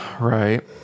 Right